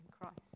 Christ